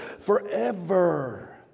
forever